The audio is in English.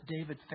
David